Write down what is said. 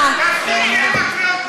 במזנון.